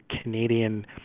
Canadian